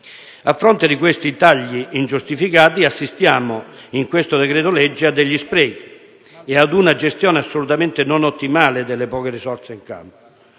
A fronte di questi tagli ingiustificati assistiamo in questo decreto-legge a degli sprechi e ad una gestione assolutamente non ottimale delle poche risorse in campo.